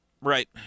Right